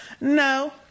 no